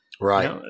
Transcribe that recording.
Right